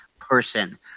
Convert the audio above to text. person